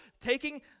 taking